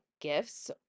gifts